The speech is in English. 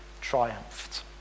triumphed